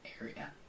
area